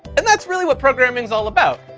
and that's really what programming is all about.